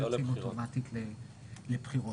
לא יוצאים אוטומטית לבחירות.